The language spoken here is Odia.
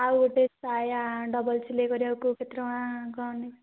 ଆଉ ଗୋଟେ ସାୟା ଡ଼ବଲ ସିଲେଇ କରିବାକୁ କେତେ ଟଙ୍କା କହନି